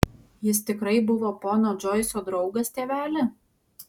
jis tikrai buvo pono džoiso draugas tėveli